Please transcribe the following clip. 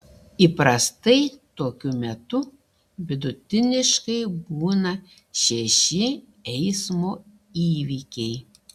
įprastai tokiu metu vidutiniškai būna šeši eismo įvykiai